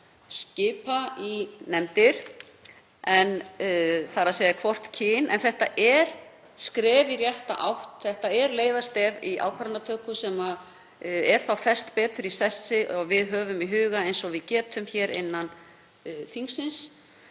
skipa í nefndir eftir þessu viðmiði, þ.e. hvort kyn. En þetta er skref í rétta átt. Þetta er leiðarstef í ákvarðanatöku sem er þá fest betur í sessi og við höfum í huga eins og við getum hér innan þingsins